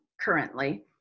currently